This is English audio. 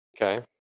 Okay